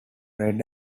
red